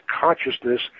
consciousness